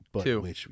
Two